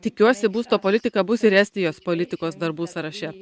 tikiuosi būsto politika bus ir estijos politikos darbų sąraše